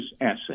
asset